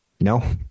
No